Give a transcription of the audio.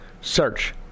Search